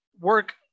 work